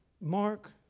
Mark